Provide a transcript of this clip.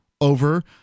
Over